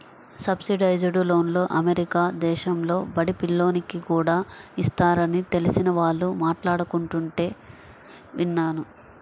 subsidised లోన్లు America దేశంలో బడి పిల్లోనికి కూడా ఇస్తారని తెలిసిన వాళ్ళు మాట్లాడుకుంటుంటే విన్నాను